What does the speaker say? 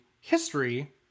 history